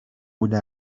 بوده